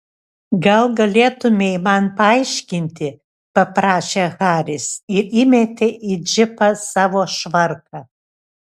gal galėtumei man paaiškinti paprašė haris ir įmetė į džipą savo švarką